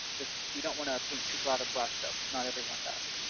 just, we don't want to paint too broad a brush, though, because not everyone does.